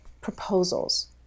Proposals